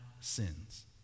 sins